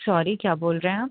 sorry کیا بول رہے ہیں آپ